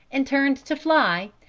and turned to fly,